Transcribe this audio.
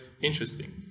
interesting